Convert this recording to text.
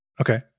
Okay